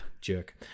jerk